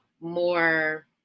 more